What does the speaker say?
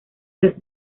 las